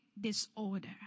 disorder